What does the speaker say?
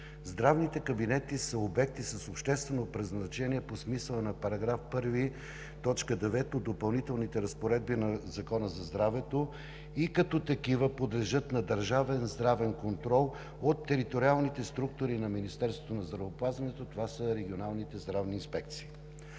здравните кабинети са обекти с обществено предназначение по смисъла на § 1, т. 9 от Допълнителните разпоредби на Закона за здравето и като такива подлежат на държавен здравен контрол от териториалните структури на Министерство на здравеопазването, а това са Регионалните здравни инспекции.